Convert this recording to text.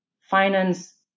finance